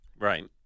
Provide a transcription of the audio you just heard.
Right